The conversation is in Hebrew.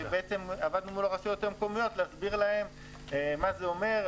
עבדנו מול הרשויות המקומיות להסביר להן מה זה אומר.